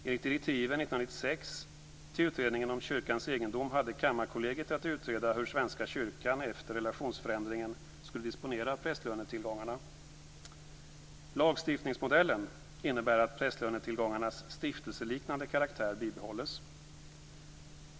Enligt direktiven 1996 till utredningen om kyrkans egendom hade Kammarkollegiet att utreda hur Svenska kyrkan efter relationsförändringen skulle disponera prästlönetillgångarna. Lagstiftningsmodellen innebär att prästlönetillgångarnas stiftelseliknande karaktär bibehålls.